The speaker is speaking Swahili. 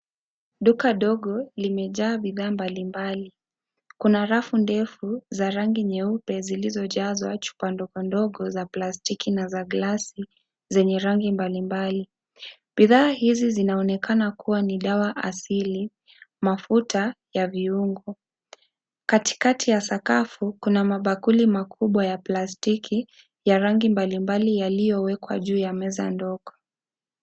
Duka ndogo, limejaa bidhaa mbali mbali, kuna rafu ndefu za rangi nyeupe, zilizo jazwa chupa ndogo ndogo, za plastiki na glasi, zenye rangi mbali mbali, bidhaa hizi zinaomekana kuwa ni dawa asili, mafuta, ya viungo, katikati ya sakafu kuna mabakuli, makubwa ya plastiki ya rangi mbali mbali yaliyo wekwa juu ya meza ndogo.